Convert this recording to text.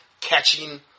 catching